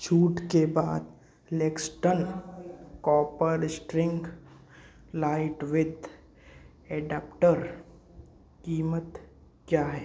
छूट के बाद Laxton copper string light with adapter कीमत क्या है